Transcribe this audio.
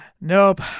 Nope